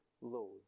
load